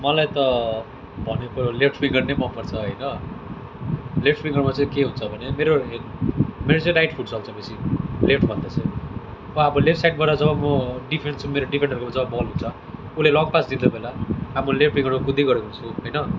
मलाई त भन्ने कुरो लेफ्ट विङ्गर नै मनपर्छ होइन लेफ्ट विङ्गरमा चाहिँ के हुन्छ भने मेरो मेरो चाहिँ राइट फुट चल्छ बेसी लेफ्टभन्दा चाहिँ म अब लेफ्ट साइडबाट जब म डिफेन्स मेरो डिफेन्डरको जब बल हुन्छ उसले लङ पास दिने बेला हामी लेफ्ट विङ्गरमा कुद्दै गरेको हुन्छु होइन